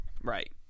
right